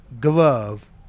glove